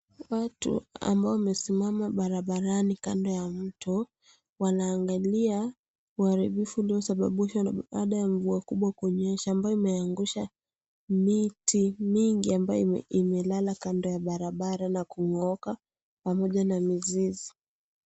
Watu ambao wamesimama barabarani kando ya mto, wanaangalia uharibifu uliosababishwa baada ya mvua kubwa kunyesha ambayo imeangusha miti mingi ambayo imelala kando ya barabara na kungooka pamoja na mizizi.